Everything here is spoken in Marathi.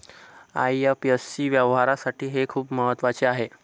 आई.एफ.एस.सी व्यवहारासाठी हे खूप महत्वाचे आहे